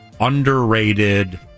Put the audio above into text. underrated